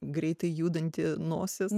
greitai judanti nosis